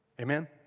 Amen